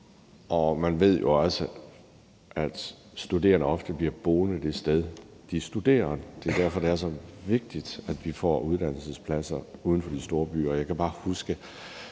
Man ved jo også, at studerende ofte bliver boende det sted, de studerer. Det er derfor, at det er så vigtigt, at vi får uddannelsespladser uden for de store byer.